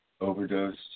overdosed